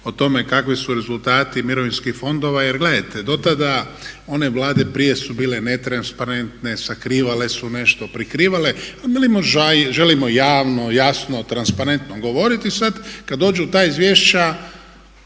o tome kakvi su rezultati mirovinskih fondova jer gledajte dotada one Vlade prije su bile netransparentne, sakrivale su nešto, prikrivale a mi želimo javno, jasno, transparentno govoriti. Sad kad dođu ta izvješća